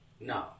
No